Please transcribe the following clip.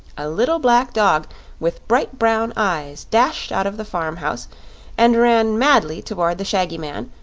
a little black dog with bright brown eyes dashed out of the farm-house and ran madly toward the shaggy man,